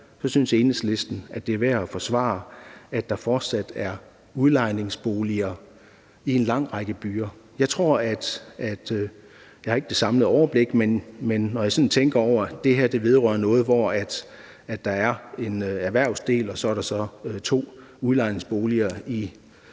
så synes Enhedslisten, at det er værd at forsvare, at der fortsat er udlejningsboliger i en lang række byer. Jeg har ikke det samlede overblik, men når jeg sådan tænker over, at det her vedrører noget, hvor der er en erhvervsdel og så to udlejningsboliger i